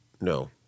no